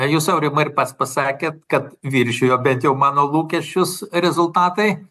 jūs aurimai ir pats pasakėt kad viršijo bent jau mano lūkesčius rezultatai